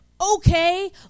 okay